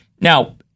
Now